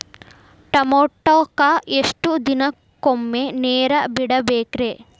ಟಮೋಟಾಕ ಎಷ್ಟು ದಿನಕ್ಕೊಮ್ಮೆ ನೇರ ಬಿಡಬೇಕ್ರೇ?